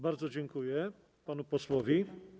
Bardzo dziękuję panu posłowi.